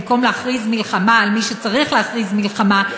במקום להכריז מלחמה על מי שצריך להכריז עליו מלחמה,